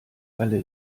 alle